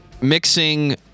mixing